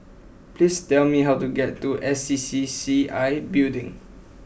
please tell me how to get to S C C C I Building